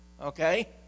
okay